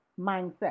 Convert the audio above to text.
mindset